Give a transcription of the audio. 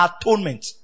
atonement